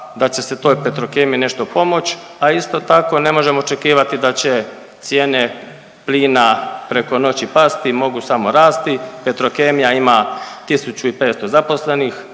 da će se toj Petrokemiji nešto pomoć, a isto tako ne možemo očekivati da će cijene plina preko noći pasti, mogu samo rasti. Petrokemija ima 1.500 zaposlenih,